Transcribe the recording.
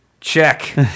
check